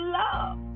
love